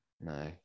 no